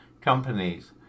companies